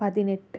പതിനെട്ട്